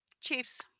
Chiefs